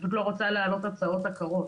פשוט לא רוצה להעלות הצעות עקרות.